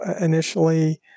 initially